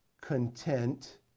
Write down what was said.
content